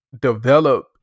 develop